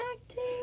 acting